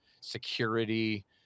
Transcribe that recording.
security